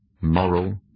moral